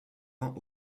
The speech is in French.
uns